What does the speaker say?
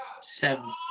seven